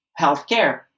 healthcare